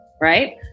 right